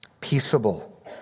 peaceable